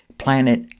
planet